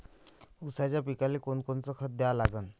ऊसाच्या पिकाले कोनकोनचं खत द्या लागन?